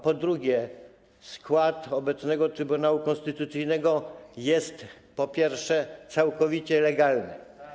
Po drugie, skład obecnego Trybunału Konstytucyjnego jest, po pierwsze, całkowicie legalny.